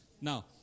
Now